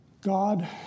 God